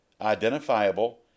identifiable